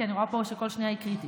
כי אני רואה פה שכל שנייה היא קריטית.